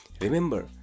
Remember